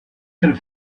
have